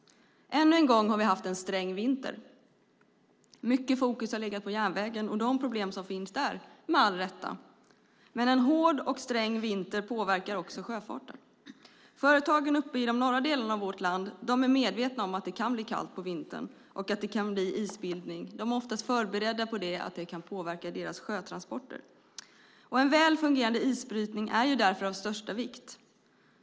Än en gång har vi haft en sträng vinter. Mycket fokus har med all rätt legat på järnvägen och de problem som finns där. Men en hård och sträng vinter påverkar också sjöfarten. Företagen uppe i de norra delarna av vårt land är medvetna om att det kan bli kallt på vintern och att det kan bli isbildning. De är oftast förberedda på att det kan påverka deras sjötransporter. En väl fungerande isbrytning är av största vikt.